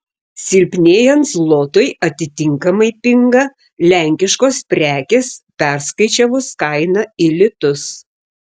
silpnėjant zlotui atitinkamai pinga lenkiškos prekės perskaičiavus kainą į litus